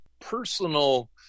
personal